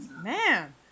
Man